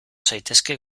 zaitezke